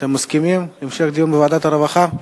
אתם מסכימים להמשך דיון בוועדת הרווחה?